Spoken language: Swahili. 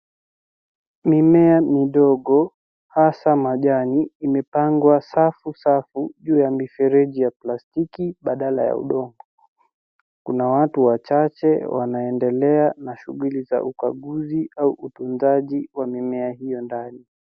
Mimea midogo, hasa majani, imepangwa safu safu juu ya mifereji ya plastiki badala ya udongo. Kuna watu wachache wanaendelea na shughuli za ukaguzi au utunzaji wa mimea hiyo ndani.